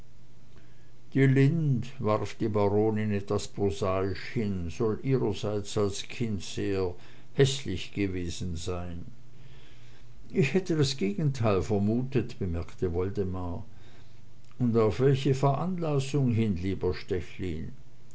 die lind warf die baronin etwas prosaisch ein soll ihrerseits als kind sehr häßlich gewesen sein ich hätte das gegenteil vermutet bemerkte woldemar und auf welche veranlassung hin lieber